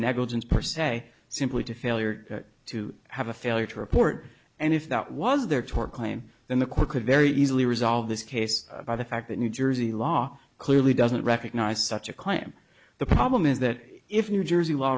negligence per se simply to failure to have a failure to report and if that was their tort claim then the court could very easily resolve this case by the fact that new jersey law clearly doesn't recognize such a claim the problem is that if new jersey law